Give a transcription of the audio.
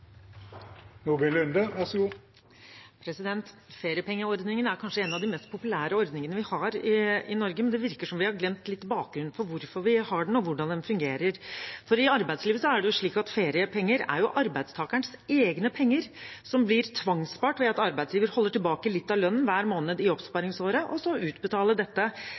kanskje en av de mest populære ordningene vi har i Norge, men det virker som vi har glemt litt bakgrunnen for hvorfor vi har den, og hvordan den fungerer. I arbeidslivet er det slik at feriepenger er arbeidstakerens egne penger som blir tvangsspart ved at arbeidsgiver holder tilbake litt av lønnen hver måned i oppsparingsåret, og så utbetaler dette